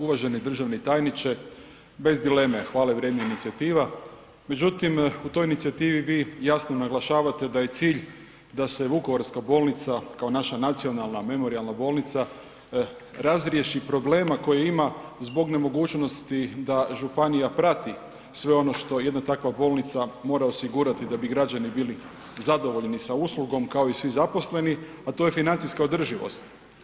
Uvaženi državni tajniče, bez dileme hvale vrijedna inicijativa, međutim u toj inicijativi vi jasno naglašavate da je cilj da se Vukovarska bolnica kao naša nacionalna memorijalna bolnica razriješi problema koje ima zbog nemogućnosti da županija prati sve ono što jedna takva bolnica mora osigurati da bi građani bili zadovoljni sa uslugom kao i svi zaposleni, a to je financijska održivost.